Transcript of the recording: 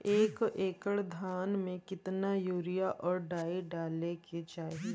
एक एकड़ धान में कितना यूरिया और डाई डाले के चाही?